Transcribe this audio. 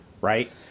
right